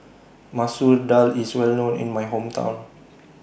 Masoor Dal IS Well known in My Hometown